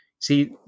See